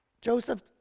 Joseph